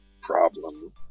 problem